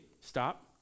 stop